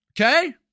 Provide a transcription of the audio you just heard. Okay